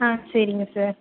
ஆ சரிங்க சார்